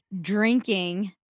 drinking